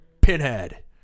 Pinhead